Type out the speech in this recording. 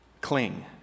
cling